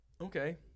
Okay